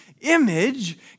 image